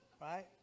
right